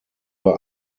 war